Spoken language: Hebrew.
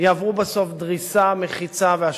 יעברו בסוף דריסה, מחיצה והשתקה.